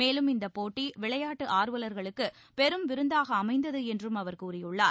மேலும் இந்தப் போட்டி விளையாட்டு ஆர்வலர்களுக்கு பெரும் விருந்தாக அமைந்தது என்றும் அவர் கூறியுள்ளார்